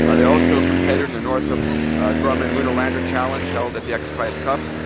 ah they're also a competitor in the northrop grumman lunar lander challenge held at the x prize cup.